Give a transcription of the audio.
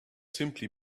simply